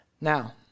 Now